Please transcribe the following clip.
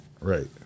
Right